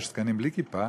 יש זקנים בלי כיפה,